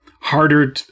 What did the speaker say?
harder